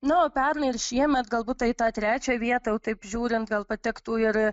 na o pernai ir šiemet galbūt tai tą trečią vietą jau taip žiūrint gal patektų ir